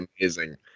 amazing